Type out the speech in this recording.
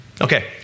Okay